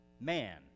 man